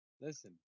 Listen